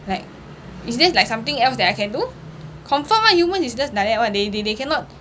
like is there like something else that I can do confirm [one] humans is just like that [one] they they they cannot